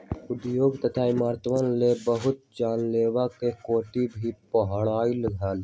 उद्योग तथा इमरतवन ला बहुत जंगलवन के काटे भी पड़ले हल